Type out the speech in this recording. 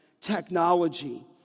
technology